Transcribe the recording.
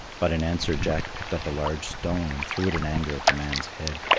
but in answer, jack picked up a large stone and threw it in anger at the man's head.